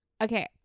okay